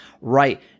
right